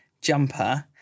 jumper